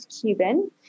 Cuban